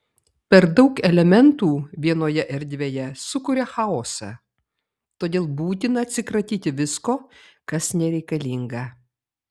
per daug elementų vienoje erdvėje sukuria chaosą todėl būtina atsikratyti visko kas nereikalinga